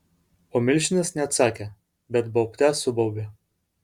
o milžinas ne atsakė bet baubte subaubė